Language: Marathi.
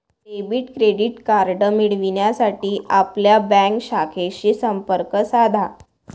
डेबिट क्रेडिट कार्ड मिळविण्यासाठी आपल्या बँक शाखेशी संपर्क साधा